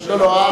לא.